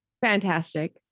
Fantastic